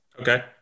Okay